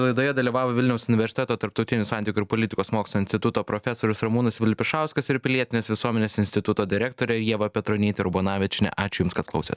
laidoje dalyvavo vilniaus universiteto tarptautinių santykių ir politikos mokslų instituto profesorius ramūnas vilpišauskas ir pilietinės visuomenės instituto direktorė ieva petronytė urbonavičienė ačiū jums kad klausėt